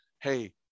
hey